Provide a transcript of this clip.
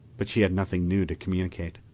but she had nothing new to communicate.